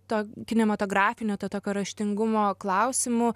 to kinematografinio to tokio raštingumo klausimu